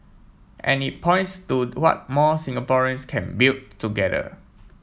and it points to what more Singaporeans can build together